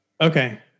Okay